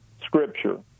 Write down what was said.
Scripture